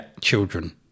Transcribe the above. children